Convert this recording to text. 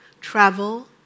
Travel